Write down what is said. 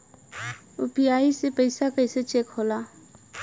UPI से पैसा कैसे चेक होला?